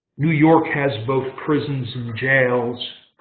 new york has both prisons and jails.